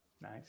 nice